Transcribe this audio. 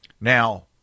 Now